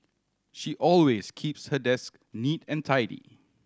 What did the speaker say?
she always keeps her desk neat and tidy